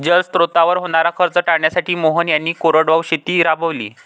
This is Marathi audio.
जलस्रोतांवर होणारा खर्च टाळण्यासाठी मोहन यांनी कोरडवाहू शेती राबवली